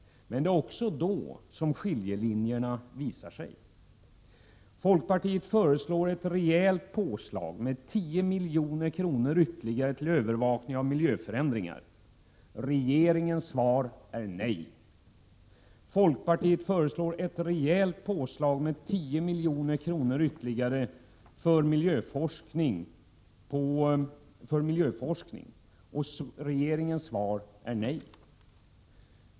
Men det är också då som skiljelinjerna visar sig. Folkpartiet föreslår ett rejält påslag med 10 milj.kr. ytterligare till övervakning av miljöförändringar. Regeringens svar är nej. Folkpartiet föreslår ett rejält påslag med 10 milj.kr. ytterligare för miljöforskning. Regeringens svar är nej.